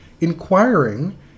inquiring